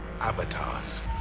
avatars